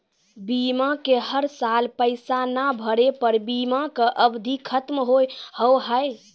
बीमा के हर साल पैसा ना भरे पर बीमा के अवधि खत्म हो हाव हाय?